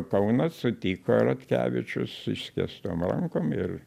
kaunas sutiko ratkevičius išskėstom rankom ir